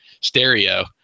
stereo